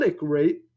rate